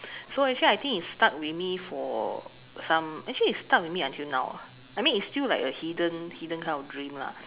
so actually I think it stuck with me for some actually it's stuck with me until now ah I mean it's still like a hidden hidden of dream lah